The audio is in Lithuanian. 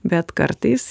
bet kartais